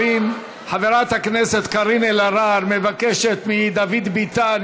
חברת הכנסת קארין אלהרר מבקשת מדוד ביטן,